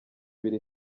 ibiri